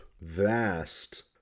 vast